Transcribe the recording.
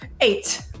Eight